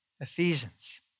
Ephesians